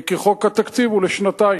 כי חוק התקציב הוא לשנתיים.